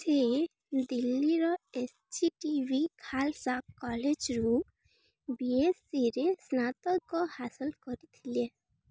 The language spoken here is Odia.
ସେ ଦିଲ୍ଲୀର S G T B Khalsa କଲେଜ୍ରୁ ବିଏସ୍ସିରେ ସ୍ନାତକ ହାସଲ କରିଥିଲେ